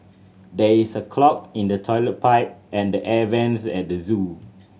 there is a clog in the toilet pipe and the air vents at the zoo